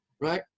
right